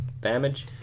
damage